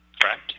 correct